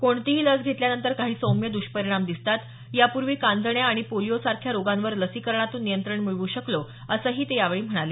कोणतीही लस घेतल्यानंतर काही सौम्य द्ष्परिणाम दिसतात यापूर्वी कांजण्या आणि पोलिओ सारख्या रोगांवर लसीकरणातून नियंत्रण मिळवू शकलो असंही ते यावेळी म्हणाले